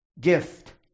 gift